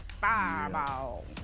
Fireball